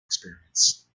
experiments